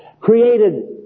created